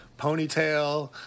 ponytail